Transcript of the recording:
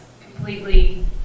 completely